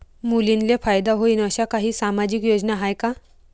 मुलींले फायदा होईन अशा काही सामाजिक योजना हाय का?